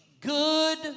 good